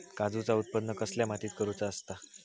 काजूचा उत्त्पन कसल्या मातीत करुचा असता?